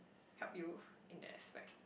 help you in that aspect